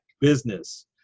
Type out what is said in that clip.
business